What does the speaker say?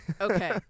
Okay